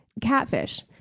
catfish